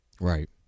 right